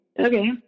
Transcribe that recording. okay